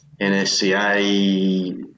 NSCA